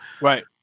Right